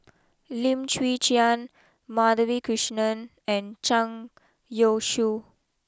Lim Chwee Chian Madhavi Krishnan and Zhang Youshuo